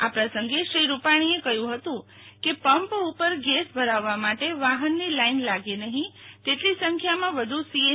આ પ્રસંગે શ્રી રૂપાણીએ કહ્યુ હતુ કે પંપ ઉપર ગેસ ભરાવવા માટે વાહનની લાઈન લાગે નહી તેટલી સંખ્યામાં વધુ સીએન